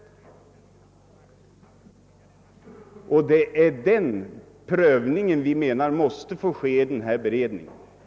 Det är den prövningen som vi menar måste göras i denna beredning.